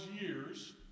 years